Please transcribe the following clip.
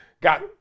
got